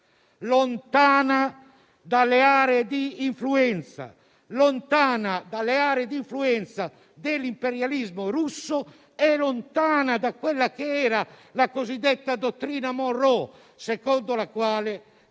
lontana dalle aree di influenza dell'imperialismo russo e lontana dalla cosiddetta dottrina Monroe, secondo la quale si potevano